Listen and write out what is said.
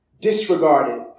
disregarded